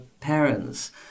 parents